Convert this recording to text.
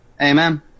Amen